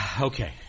Okay